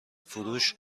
فروش